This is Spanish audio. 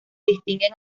distinguen